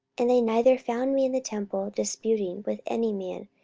and they neither found me in the temple disputing with any man,